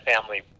family